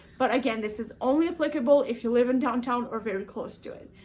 but, again, this is only applicable if you live in downtown or very close to it.